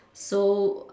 so